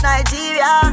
Nigeria